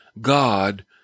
God